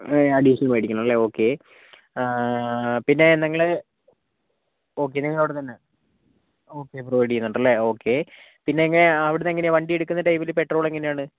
additional മേടിക്കണോല്ലേ okay പിന്നെ നിങ്ങൾ ഓക്കെ നിങ്ങളവിടെ തന്നെ ഓക്കെ പ്രൊവൈഡ് ചെയ്യുന്നുണ്ടല്ലേ ഓക്കെ പിന്നെങ്ങനെയാണ് അവിടുന്നെങ്ങനെയാണ് വണ്ടി എടുക്കുന്ന ടൈമില് പെട്രോള് എങ്ങനെയാണ്